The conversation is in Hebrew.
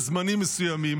בזמנים מסוימים.